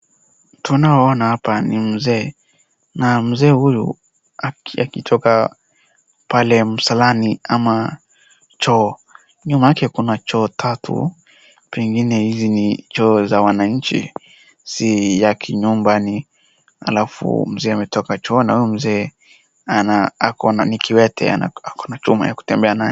Tunaoona hapa ni mzee na mzee huyu akitoka pale msalani ama choo, nyuma yake kuna choo tatu, pengine ni choo za wananchi si yake nyumbani, halafu mzee ametoka choo na huyu mzee ni kiwete ako na chuma ya kutembea naye.